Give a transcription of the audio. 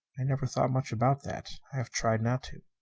i never thought much about that. i have tried not to.